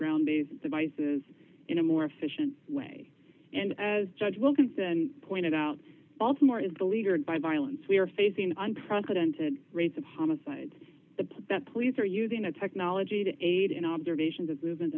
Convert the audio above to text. ground these devices in a more efficient way and as judge wilkinson pointed out baltimore is beleaguered by violence we're facing unprecedented rates of homicides the police are using a technology to aid in observations of movement